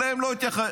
אליהם לא התייחסו.